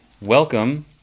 welcome